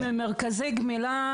להגדיל את הכמות וגם להפריד ממרכזי גמילה,